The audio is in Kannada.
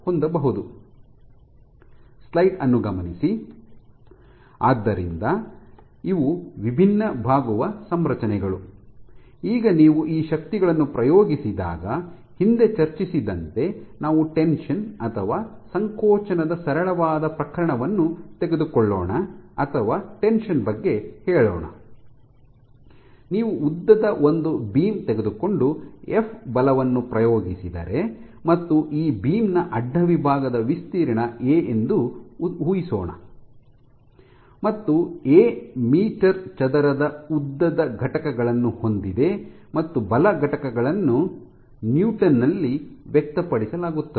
ಆದ್ದರಿಂದ ಇವು ವಿಭಿನ್ನ ಬಾಗುವ ಸಂರಚನೆಗಳು ಈಗ ನೀವು ಈ ಶಕ್ತಿಗಳನ್ನು ಪ್ರಯೋಗಿಸಿದಾಗ ಹಿಂದೆ ಚರ್ಚಿಸಿದಂತೆ ನಾವು ಟೆನ್ಷನ್ ಅಥವಾ ಸಂಕೋಚನದ ಸರಳವಾದ ಪ್ರಕರಣವನ್ನು ತೆಗೆದುಕೊಳ್ಳೋಣ ಅಥವಾ ಟೆನ್ಷನ್ ಬಗ್ಗೆ ಹೇಳೋಣ ನೀವು ಉದ್ದದ ಒಂದು ಬೀಮ್ ತೆಗೆದುಕೊಂಡು ಎಫ್ ಬಲವನ್ನು ಪ್ರಯೋಗಿಸಿದರೆ ಮತ್ತು ಈ ಬೀಮ್ ನ ಅಡ್ಡ ವಿಭಾಗದ ವಿಸ್ತೀರ್ಣ ಎ ಎಂದು ಊಹಿಸೋಣ ಮತ್ತು ಎ ಮೀಟರ್ ಚದರ ಉದ್ದದ ಘಟಕಗಳನ್ನು ಹೊಂದಿದೆ ಮತ್ತು ಬಲ ಘಟಕಗಳನ್ನು ನ್ಯೂಟನ್ ನಲ್ಲಿ ವ್ಯಕ್ತಪಡಿಸಲಾಗುತ್ತದೆ